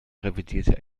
revidierte